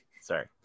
Sorry